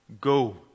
Go